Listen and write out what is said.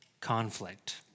conflict